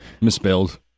misspelled